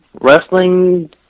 wrestling